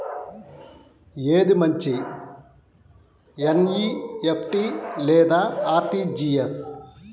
ఏది మంచి ఎన్.ఈ.ఎఫ్.టీ లేదా అర్.టీ.జీ.ఎస్?